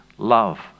love